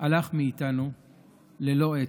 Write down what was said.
הלך מאיתנו ללא עת.